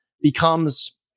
becomes